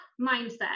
mindset